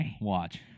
watch